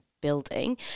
building